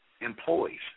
employees